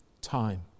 time